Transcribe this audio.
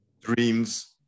dreams